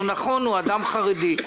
נכון, הוא אדם חרדי.